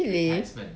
really